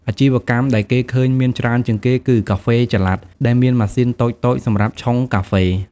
អាជីវកម្មដែលគេឃើញមានច្រើនជាងគេគឺ កាហ្វេចល័ត ដែលមានម៉ាស៊ីនតូចៗសម្រាប់ឆុងកាហ្វេ។